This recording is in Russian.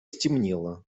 стемнело